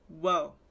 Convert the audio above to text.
whoa